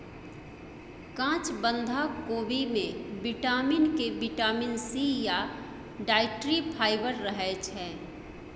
काँच बंधा कोबी मे बिटामिन के, बिटामिन सी या डाइट्री फाइबर रहय छै